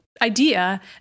idea